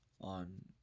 on